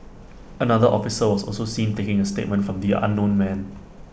another officer was also seen taking A statement from the unknown man